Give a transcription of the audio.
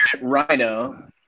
Rhino